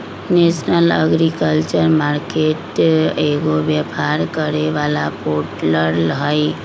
national agriculture market एगो व्यापार करे वाला पोर्टल हई